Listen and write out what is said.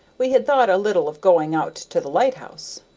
we had thought a little of going out to the lighthouse.